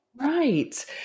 Right